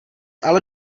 ale